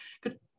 Good